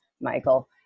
Michael